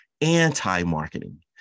anti-marketing